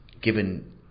Given